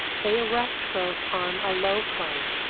they arrest growth on a low plane,